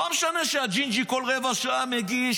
לא משנה שהג'ינג'י כל רבע שעה מגיש,